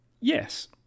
Yes